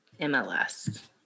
MLS